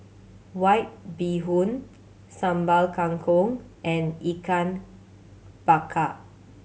White Bee Hoon Sambal Kangkong and Ikan Bakar